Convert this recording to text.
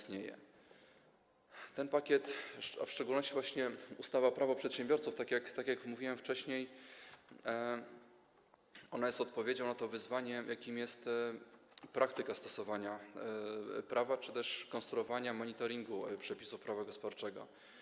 Ten pakiet, a w szczególności właśnie ustawa Prawo przedsiębiorców, tak jak mówiłem wcześniej, jest odpowiedzią na to wyzwanie, jakim jest praktyka stosowania prawa czy też konstruowania monitoringu przepisów prawa gospodarczego.